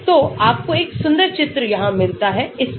तोआपको एक सुंदर चित्र यहां मिलता है इस पर